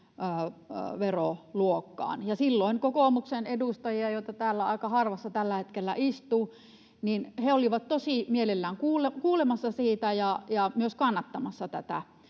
nollaveroluokkaan, ja silloin kokoomuksen edustajia, joita täällä aika harvassa tällä hetkellä istuu, oli tosi mielellään kuulemassa siitä ja myös kannattamassa sitä,